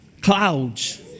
clouds